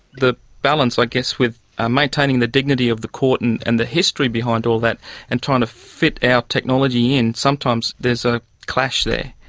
the balance i guess with ah maintaining the dignity of the court and and the history behind all that and trying to fit our technology in, sometimes there is a clash there.